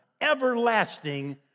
everlasting